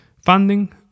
funding